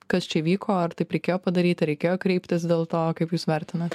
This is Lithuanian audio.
kas čia vyko ar taip reikėjo padaryti reikėjo kreiptis dėl to kaip jūs vertinat